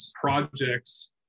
projects